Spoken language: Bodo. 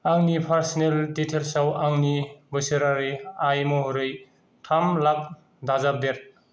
आंनि पारस'नेल दिटैल्सआव आंनि बोसोरारि आइ महरै थाम लाख दाजाबदेर